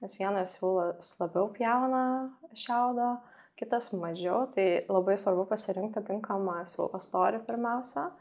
nes vienas siūlas labiau pjauna šiaudą kitas mažiau tai labai svarbu pasirinkti tinkamą siūlo storį pirmiausia